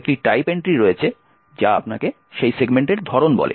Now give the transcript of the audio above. একটি type entry রয়েছে যা আপনাকে সেই সেগমেন্টের ধরন বলে